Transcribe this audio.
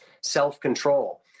self-control